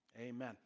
Amen